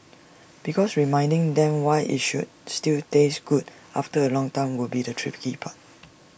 because reminding them why IT should still taste good after A long time will be the tricky part